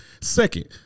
Second